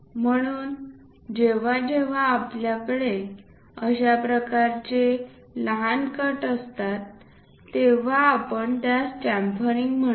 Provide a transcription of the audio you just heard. म्हणून जेव्हा जेव्हा आमच्याकडे अशा प्रकारचे लहान कट असतात तेव्हा आपण त्यास च्याम्फरिंग म्हणतो